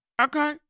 Okay